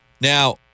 Now